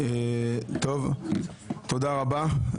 תודה רבה.